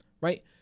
right